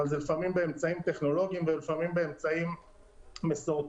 אבל זה לפעמים באמצעים טכנולוגיים ולפעמים באמצעים מסורתיים.